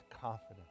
confidence